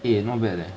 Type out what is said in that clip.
eh not bad leh